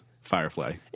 Firefly